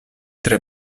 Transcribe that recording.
tre